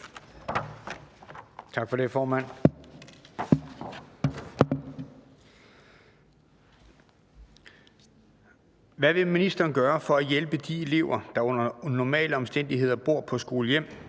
Hvad vil ministeren gøre for at hjælpe de eud-elever, der under normale omstændigheder bor på skolehjem,